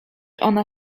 ona